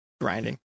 grinding